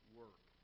work